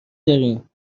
داریم